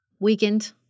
weakened